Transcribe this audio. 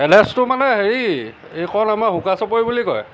এড্ৰেছটো মানে হেৰি এইকণ আমাৰ হোকা চাপৰি বুলি কয়